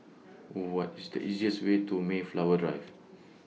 What IS The easiest Way to Mayflower Drive